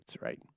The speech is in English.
right